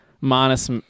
minus